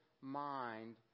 mind